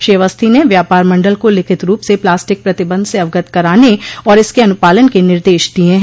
श्री अवस्थी ने व्यापार मंडल को लिखित रूप से प्लास्टिक प्रतिबंध से अवगत कराने और इसके अनुपालन के निर्देश दिये हैं